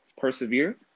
Persevere